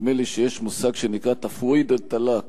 נדמה לי שיש מושג שנקרא "תַפוויד אל-טַלאק",